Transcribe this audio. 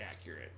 accurate